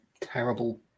terrible